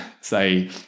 say